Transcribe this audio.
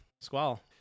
Squall